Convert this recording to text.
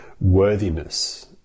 worthiness